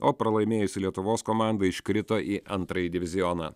o pralaimėjusi lietuvos komanda iškrito į antrąjį divizioną